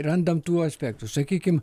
randam tų aspektu sakykim